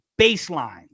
baseline